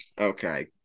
Okay